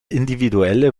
individuelle